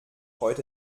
freut